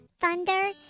thunder